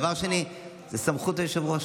דבר שני, זו סמכות היושב-ראש.